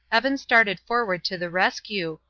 evan started forward to the rescue,